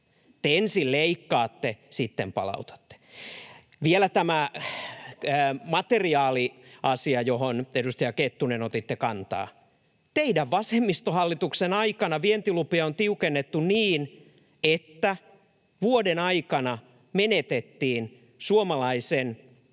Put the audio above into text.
Te ensin leikkaatte, sitten palautatte. Vielä tämä materiaaliasia, johon, edustaja Kettunen, otitte kantaa: teidän vasemmistohallituksen aikana vientilupia on tiukennettu niin, että vuoden aikana menetettiin suomalaisen